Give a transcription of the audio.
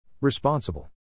Responsible